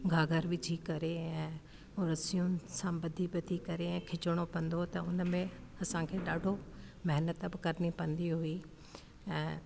घाघर विझी करे ऐं रसियुनि सां ॿधी ॿधी करे ऐं खिचड़ो बि पवंदो हुओ त हुन में असांखे ॾाढो महिनत बि करणी पवंदी हुई ऐं